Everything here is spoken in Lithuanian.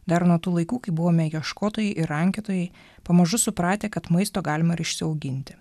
dar nuo tų laikų kai buvome ieškotojai ir rankiotojai pamažu supratę kad maisto galima ir išsiauginti